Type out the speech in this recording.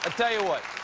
ah tell you what,